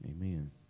Amen